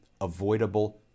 avoidable